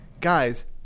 Guys